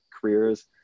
careers